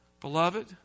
Beloved